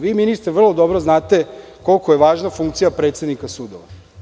Vi ministre, vrlo dobro znate koliko je važna funkcija predsednika sudova.